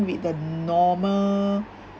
with the normal